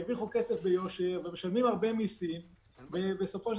הרוויחו כסף ביושר ומשלמים הרבה מסים ובסופו של